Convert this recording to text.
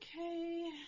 Okay